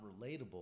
relatable